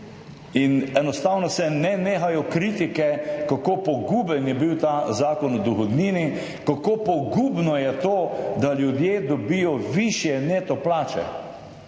In enostavno se ne nehajo kritike, kako poguben je bil ta Zakon o dohodnini, kako pogubno je to, da ljudje dobijo višje neto plače.